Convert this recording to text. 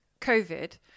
covid